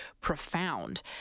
profound